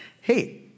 Hey